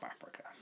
Africa